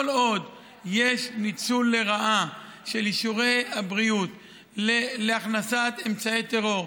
כל עוד יש ניצול לרעה של אישורי הבריאות להכנסת אמצעי טרור,